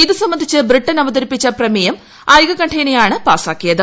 ഇത് സംബന്ധിച്ച് ബ്രിട്ടൺ അവതരിപ്പിച്ച പ്രമേയം ഐക്യകണ്ഠേനയാണ് പാസ്സാക്കിയത്